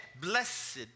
blessed